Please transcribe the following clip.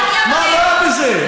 מה רע בזה?